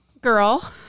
girl